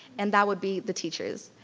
and that would be the teachers.